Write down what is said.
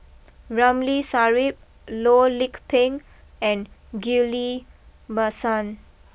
Ramli Sarip Loh Lik Peng and Ghillie Basan